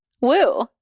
Woo